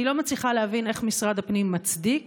אני לא מצליחה להבין איך משרד הפנים מצדיק